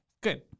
Good